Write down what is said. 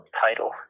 title